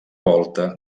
volta